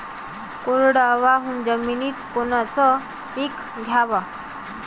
कोरडवाहू जमिनीत कोनचं पीक घ्याव?